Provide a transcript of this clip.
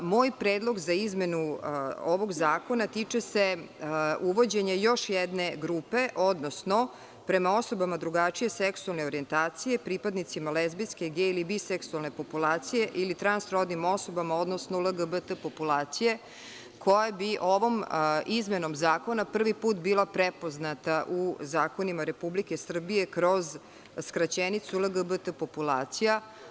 Moj predlog za izmenu ovog zakona tiče se uvođenja još jedne grupe, odnosno prema osobama drugačije seksualne orijentacije, pripadnicima lezbijske, gej ili biseksualne populacije ili transrodnim osobama, odnosno LGBT populacije, koja bi ovom izmenom zakona prvi put bila prepoznata u zakonima Republike Srbije kroz skraćenicu LGBT populacija.